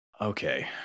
okay